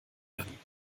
werden